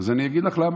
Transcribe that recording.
אז אני אגיד לך למה.